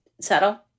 Settle